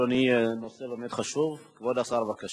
את זה צריכים אנשי המקצוע במשרד העבודה או במשרד הפנים